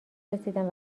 رسیدن